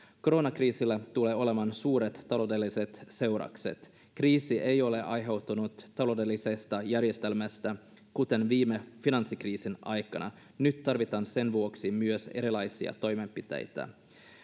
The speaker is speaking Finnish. koronakriisillä tulee olemaan suuret taloudelliset seuraukset kriisi ei ole aiheutunut taloudellisesta järjestelmästä kuten viime finanssikriisin aikana nyt tarvitaan sen vuoksi myös erilaisia toimenpiteitä